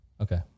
Okay